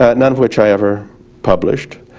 ah none of which i ever published,